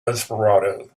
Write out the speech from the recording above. esperanto